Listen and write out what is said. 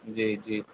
جی جی